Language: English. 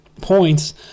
points